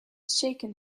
shaken